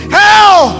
hell